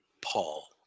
Paul